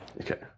okay